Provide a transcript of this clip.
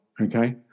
okay